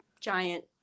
giant